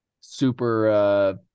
super